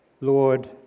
Lord